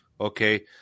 okay